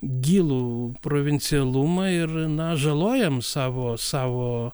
gilų provincialumą ir na žalojam savo savo